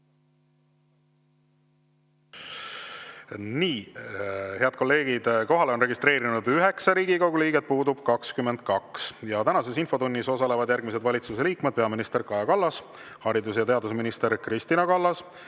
Head kolleegid, kohalolijaks on registreerunud 9 Riigikogu liiget, puudub 22. Tänases infotunnis osalevad järgmised valitsuse liikmed: peaminister Kaja Kallas, haridus‑ ja teadusminister Kristina Kallas